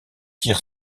tire